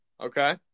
Okay